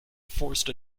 forced